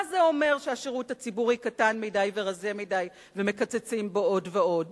מה זה אומר שהשירות הציבורי קטן מדי ורזה מדי ומקצצים בו עוד ועוד?